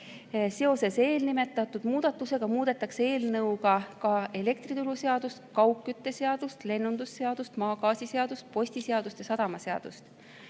Seoses eelnimetatud muudatusega muudetakse eelnõuga ka elektrituruseadust, kaugkütteseadust, lennundusseadust, maagaasiseadust, postiseadust ja sadamaseadust.